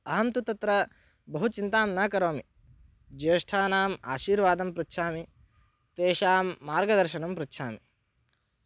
अहन्तु तत्र बहु चिन्तां न करोमि ज्येष्ठानाम् आशीर्वादं पृच्छामि तेषां मार्गदर्शनं पृच्छामि